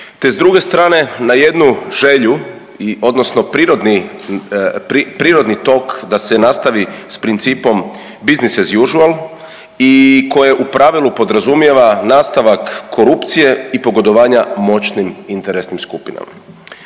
te s druge strane na jednu želju odnosno prirodni, prirodni tok da se nastavi s principom business as usual i koje u pravilu podrazumijeva nastavak korupcije i pogodovanja moćnim interesnim skupinama.